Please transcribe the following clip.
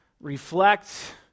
reflect